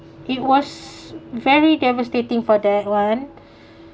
it was very devastating for that one